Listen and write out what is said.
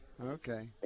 Okay